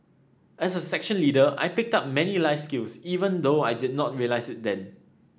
as a section leader I picked up many life skills even though I did not realise it then